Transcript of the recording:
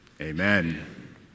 Amen